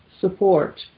support